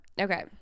Okay